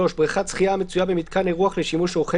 בריכת שחייה המצויה במתקן אירוח לשימוש אורחי